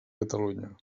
catalunya